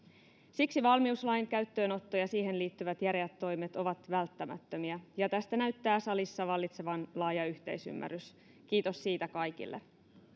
siksi valmiuslain käyttöönotto ja siihen liittyvät järeät toimet ovat välttämättömiä ja tästä näyttää salissa vallitsevan laaja yhteisymmärrys kiitos siitä kaikille